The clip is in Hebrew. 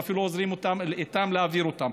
ואפילו עוזרים להם להעביר אותן.